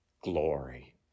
glory